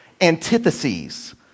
Antitheses